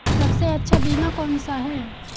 सबसे अच्छा बीमा कौन सा है?